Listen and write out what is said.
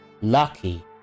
lucky